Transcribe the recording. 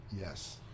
Yes